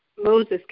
Moses